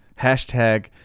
hashtag